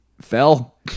Fell